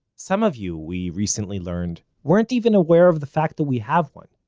some of you, we recently learned, weren't even aware of the fact that we have one.